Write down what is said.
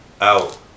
out